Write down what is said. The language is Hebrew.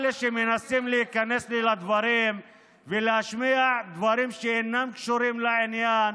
אלה שמנסים להיכנס לי לדברים ולהשמיע דברים שאינם קשורים לעניין,